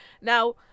Now